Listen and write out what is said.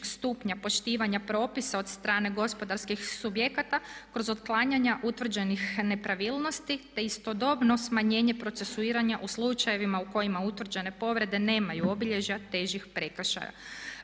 stupnja poštivanja propisa od strane gospodarskih subjekata kroz otklanjanja utvrđenih nepravilnosti, te istodobno smanjenje procesuiranja u slučajevima u kojima utvrđene povrede nemaju obilježja težih prekršaja.